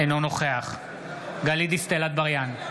אינו נוכח גלית דיסטל אטבריאן,